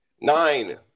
Nine